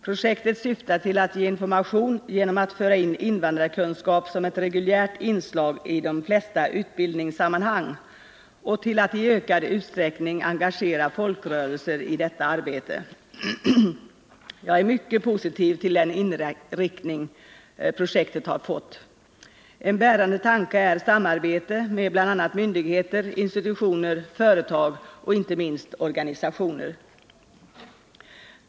Projektet syftar till att ge information genom att föra in invandrarkunskap som ett reguljärt inslag i de flesta utbildningssammanhang och till att i ökad utsträckning engagera folkrörelser i detta arbete. Jag är mycket positiv till den inriktning projektet har fått. En bärande tanke är samarbete med bl.a. myndigheter, institutioner, företag och inte minst organisationer.